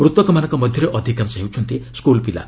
ମୃତକମାନଙ୍କ ମଧ୍ୟରେ ଅଧିକାଂଶ ହେଉଛନ୍ତି ସ୍କୁଲ୍ ପିଲା